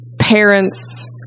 parents